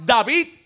David